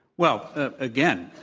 well again,